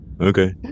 Okay